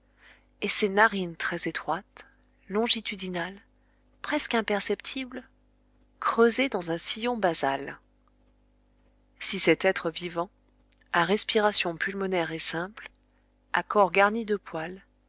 et ces narines très étroites longitudinales presque imperceptibles creusées dans un sillon bazal si cet être vivant à respiration pulmonaire et simple à corps garni de poils